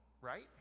right